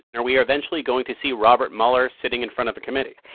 are we eventually going to see robert mueller sitting in front of the committee?